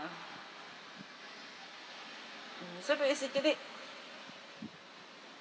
uh mm so basically